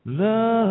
love